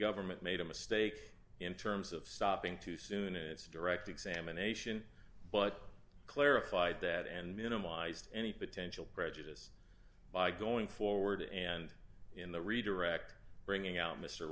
government made a mistake in terms of stopping too soon and it's a direct examination but clarified that and minimized any potential prejudice by going forward and in the redirect bringing out mr